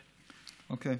אוקיי.